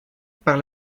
par